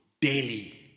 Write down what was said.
daily